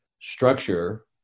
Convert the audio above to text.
structure